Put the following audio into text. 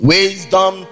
Wisdom